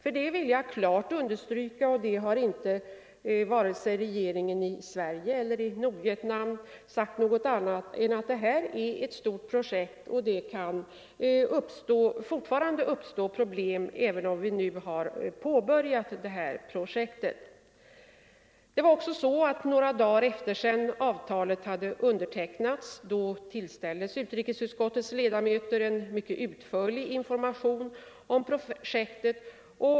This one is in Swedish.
Jag vill klart understryka — och vare sig regeringen i Sverige eller i Nordvietnam har sagt något annat — att det är ett stort projekt och att det fortfarande kan uppstå problem även om projektet nu har påbörjats, Några dagar efter det att avtalet hade undertecknats tillställdes utrikesutskottets ledamöter en mycket utförlig information om projektet.